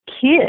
kid